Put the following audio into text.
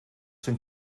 zijn